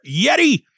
Yeti